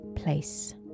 Place